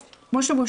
כמו שאתם רואים,